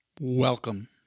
Welcome